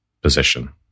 position